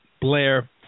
Blair